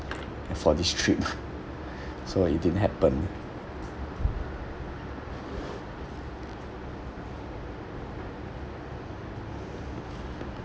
for this trip so it didn't happen